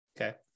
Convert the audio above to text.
Okay